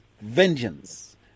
vengeance